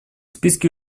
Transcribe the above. списке